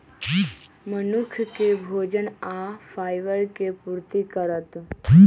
मनुख के भोजन आ फाइबर के पूर्ति करत